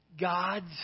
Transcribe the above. God's